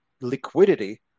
liquidity